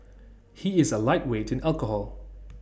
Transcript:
he is A lightweight in alcohol